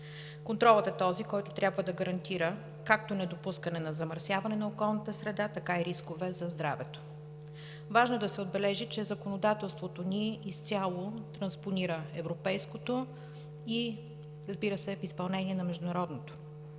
Контролът е този, който трябва да гарантира както недопускане на замърсяване на околната среда, така и рискове за здравето. Важно е да се отбележи, че законодателството ни изцяло транспонира европейското и, разбира се, е в изпълнение на международното.